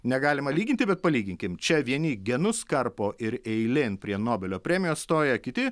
negalima lyginti bet palyginkim čia vieni genus karpo ir eilėn prie nobelio premijos stoja kiti